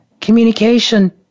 Communication